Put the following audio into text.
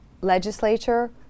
legislature